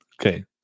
Okay